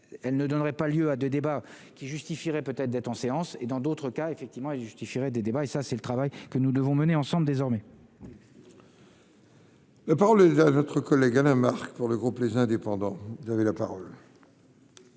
elles ne donneraient pas lieu à des débats qui justifierait peut-être d'être en séance et dans d'autres cas effectivement et justifierait des débats, et ça c'est le travail que nous devons mener ensemble désormais. Parole est notre collègue Alain Marc, pour le groupe, les indépendants, vous avez la parole.